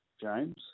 James